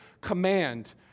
command